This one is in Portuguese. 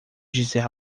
dizer